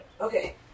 Okay